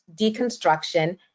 deconstruction